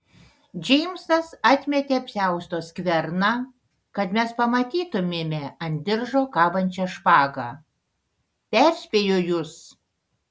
džeimsas atmetė apsiausto skverną kad mes pamatytumėme ant diržo kabančią špagą perspėju jus